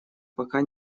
пока